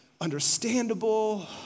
understandable